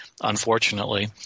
unfortunately